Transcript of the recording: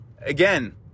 again